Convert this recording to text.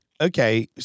Okay